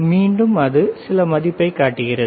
மீண்டும் அது சில மதிப்பைக் காட்டுகிறது